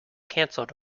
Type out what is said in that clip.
cancelled